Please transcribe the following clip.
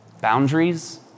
boundaries